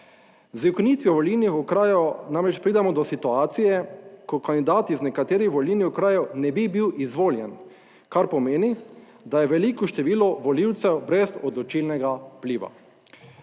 Z ukinitvijo volilnih okrajev namreč pridemo do situacije, ko kandidat iz nekaterih volilnih okrajev ne bi bil izvoljen, kar pomeni, da je veliko število volivcev brez odločilnega vpliva.